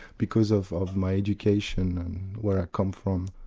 because of of my education and where i come from,